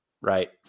right